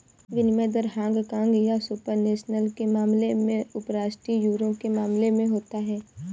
विनिमय दर हांगकांग या सुपर नेशनल के मामले में उपराष्ट्रीय यूरो के मामले में होता है